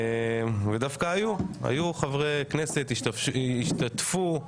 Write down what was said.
דווקא היו חברי כנסת, השתתפו.